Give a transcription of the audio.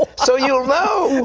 so you'll know. and